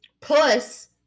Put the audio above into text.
Plus